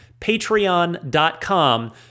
patreon.com